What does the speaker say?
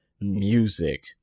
music